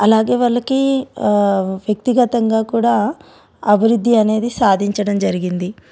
అలాగే వాళ్ళకి వ్యక్తిగతంగా కూడా అభివృద్ధి అనేది సాధించడం జరిగింది